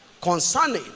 concerning